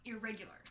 irregular